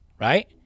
right